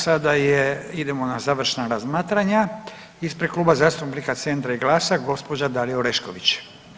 Sada idemo na završna razmatranja ispred Kluba zastupnika Centra i GLAS-a gospođa Dalija Orešković.